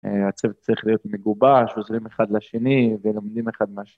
‫הצוות צריך להיות מגובש, ‫שעוזרים אחד לשני ולומדים אחד מהשני.